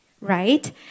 right